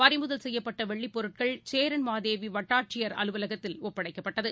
பறிமுதல் செய்யப்பட்ட வெள்ளிப் பொருட்கள் சேரன் மகாதேவி வட்டாட்சியர் அலுவலகத்தில் ஒப்படைக்கப்பட்டது